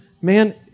man